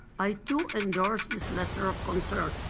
i, too, endorse this letter of concerns.